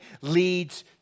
leads